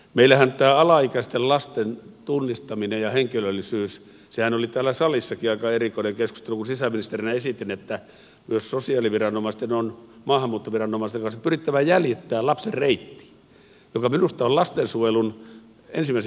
meillähän tästä alaikäisten lasten tunnistamisesta ja henkilöllisyydestä oli täällä salissakin aika erikoinen keskustelu kun sisäministerinä esitin että myös sosiaaliviranomaisten on maahanmuuttoviranomaisten kanssa pyrittävä jäljittämään lapsen reitti mikä on minusta lastensuojelun ensimmäisiä aakkosia